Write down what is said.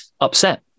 upset